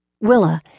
Willa